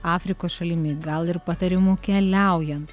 afrikos šalimi gal ir patarimų keliaujant